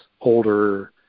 older